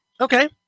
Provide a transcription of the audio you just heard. Okay